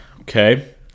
okay